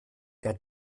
der